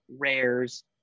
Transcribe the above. rares